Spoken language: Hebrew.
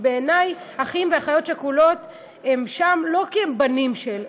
כי בעיני אחיות ואחים שכולים הם שם לא כי הם בנים של,